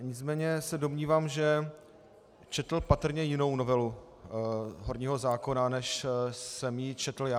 Nicméně se domnívám, že četl patrně jinou novelu horního zákona, než jsem četl já.